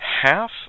Half